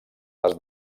les